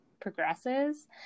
progresses